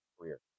career